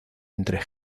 entre